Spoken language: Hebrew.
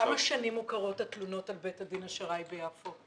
כמה שנים מוכרות התלונות על בית הדין השרעי ביפו?